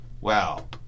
Wow